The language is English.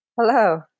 Hello